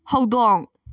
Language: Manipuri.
ꯍꯧꯗꯣꯡ